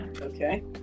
okay